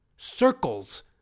Circles